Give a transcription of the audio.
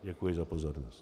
Děkuji za pozornost.